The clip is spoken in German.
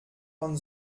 von